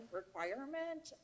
requirement